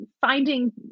finding